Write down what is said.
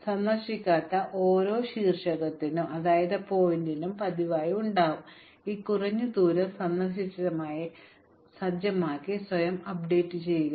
തുടർന്ന് സന്ദർശിക്കാത്ത ഓരോ ശീർഷകത്തിനും ഇത് പതിവായി ഉണ്ടാകും അതിനാൽ ഈ കുറഞ്ഞ ദൂരം സന്ദർശിച്ചതായി സജ്ജമാക്കി സ്വയം അപ്ഡേറ്റുചെയ്യുക